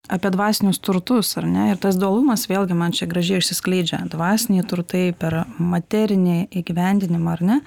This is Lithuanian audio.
apie dvasinius turtus ar ne ir tas dualumas vėlgi man čia gražiai išsiskleidžia dvasiniai turtai per materinį įgyvendinimą ar ne